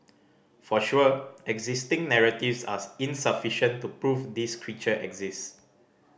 for sure existing narratives are insufficient to prove this creature exist